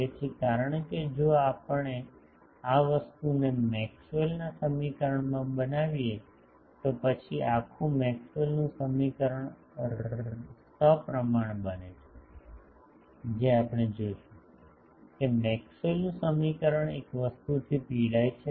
તેથી કારણ કે જો આપણે આ વસ્તુને મેક્સવેલ ના સમીકરણમાં બનાવીએ તો પછી આખું મેક્સવેલનું સમીકરણ સપ્રમાણ બને છે જે આપણે જોશું કે મેક્સવેલનું સમીકરણ એક વસ્તુથી પીડાય છે